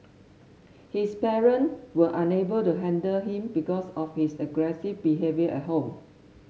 his parent were unable to handle him because of his aggressive behaviour at home